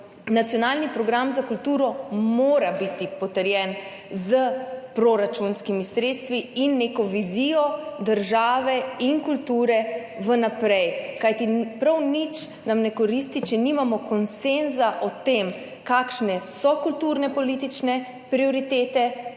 Nacionalni program za kulturo mora biti potrjen s proračunskimi sredstvi in neko vizijo države in kulture za naprej, kajti prav nič nam ne koristi, če nimamo konsenza o tem, kakšne so kulturnopolitične prioritete